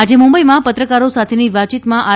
આજે મુંબઇમાં પત્રકારો સાથેની વાતચીતમાં આર